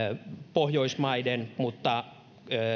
pohjoismaiden välillä mutta